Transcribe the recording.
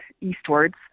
eastwards